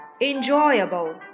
enjoyable